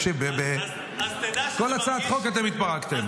תקשיב, בכל הצעת חוק אתם התפרקתם.